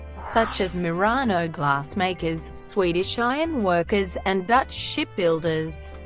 such as murano glassmakers, swedish ironworkers, and dutch shipbuilders.